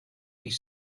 dydd